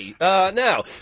now